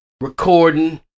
Recording